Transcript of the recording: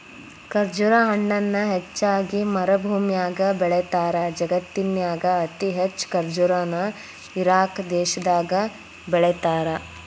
ಖರ್ಜುರ ಹಣ್ಣನ ಹೆಚ್ಚಾಗಿ ಮರಭೂಮ್ಯಾಗ ಬೆಳೇತಾರ, ಜಗತ್ತಿನ್ಯಾಗ ಅತಿ ಹೆಚ್ಚ್ ಖರ್ಜುರ ನ ಇರಾಕ್ ದೇಶದಾಗ ಬೆಳೇತಾರ